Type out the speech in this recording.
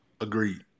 Agreed